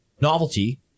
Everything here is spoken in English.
novelty